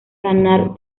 ganar